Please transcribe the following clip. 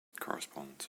corresponds